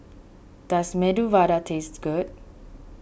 does Medu Vada taste good